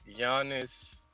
Giannis